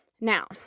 Now